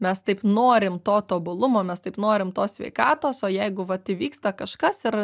mes taip norim to tobulumo mes taip norim tos sveikatos o jeigu vat įvyksta kažkas ir